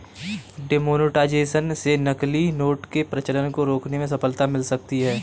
demonetisation से नकली note के प्रचलन को रोकने में सफलता मिल सकती है